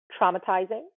traumatizing